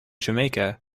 jamaica